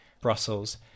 Brussels